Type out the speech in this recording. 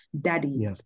Daddy